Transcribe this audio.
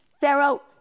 Pharaoh